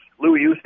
Louis